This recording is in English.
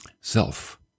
Self